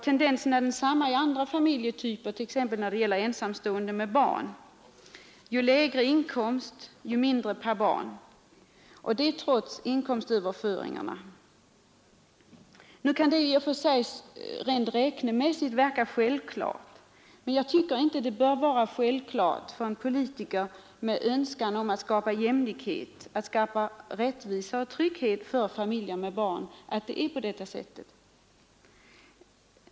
Tendensen är densamma i andra familjetyper, t.ex. ensamstående med barn: ju lägre inkomst desto mindre belopp per barn trots inkomstöverföringar. Rent räknemässigt kan det verka självklart, men jag tycker inte det bör vara det för en politiker med önskan att skapa jämlikhet, rättvisa och trygghet för familjer med barn.